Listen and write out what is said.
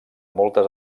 moltes